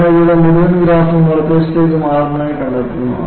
അതിനാൽ ഇവിടെ മുഴുവൻ ഗ്രാഫും വലതുവശത്തേക്ക് മാറുന്നതായി കണ്ടെത്തുന്നു